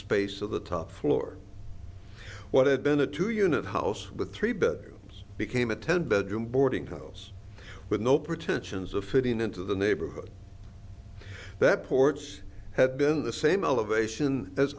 space of the top floor what had been a two unit house with three bedrooms became a ten bedroom boarding house with no pretensions of fitting into the neighborhood that ports had been the same elevation as